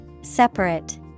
Separate